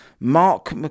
Mark